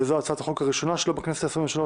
וזו הצעת החוק הראשונה שלו בכנסת ה-23,